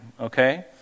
okay